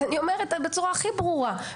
אז אני אומרת בצורה הכי ברורה,